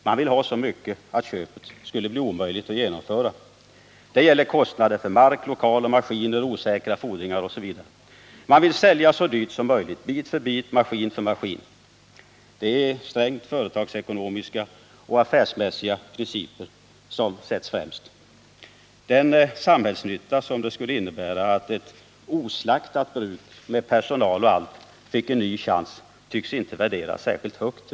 Man vill ha så mycket att köpet skulle bli omöjligt att genomföra. Det gäller kostnader för mark, lokaler. maskiner, osäkra fordringar m.m. Man vill sälja så dyrt som möjligt. bit för bit, maskin för maskin. Det är strängt företagseko nomiska och affärsmässiga principer som sätts främst. Den samhällsnytta som det skulle innebära om ett oslaktat bruk med personal och allt finge en ny chans tycks inte värderas ärskilt högt.